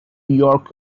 york